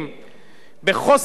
בחוסר הגינוי שלכם,